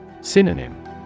Synonym